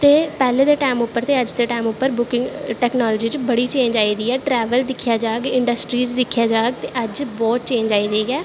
ते पैह्लें दे टाईम उप्पर ते हून दे टाईम उप्पर बड़ी चेंज़ आई दी ऐ ट्रैवल दिक्खेआ जाह्ग इंडस्ट्रीस दिक्खेआ जाह्द ते बड़ी चेंज़ आई दी ऐ